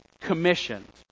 commissioned